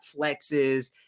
flexes